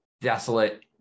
desolate